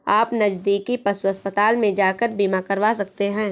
आप नज़दीकी पशु अस्पताल में जाकर बीमा करवा सकते है